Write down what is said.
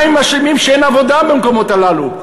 מה הם אשמים שאין עבודה במקומות הללו?